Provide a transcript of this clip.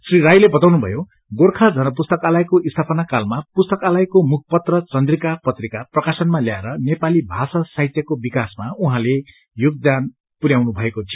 श्री राईले बताउनु भयो गोर्खा जन पुस्तकालयको स्थापना कालमा पुस्तकालयको मुखपत्र चन्द्रिका पत्रिका प्रकाशनमा ल्याएर नेपाली भाषा साहित्यको विकासमा उहाँले योगदान पु याउनु भएको थियो